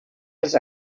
els